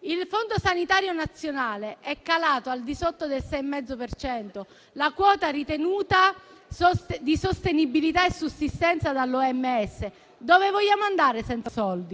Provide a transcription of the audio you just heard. Il Fondo sanitario nazionale è calato al di sotto del 6,5 per cento, la quota ritenuta di sostenibilità e sussistenza dall'Organizzazione mondiale della sanità.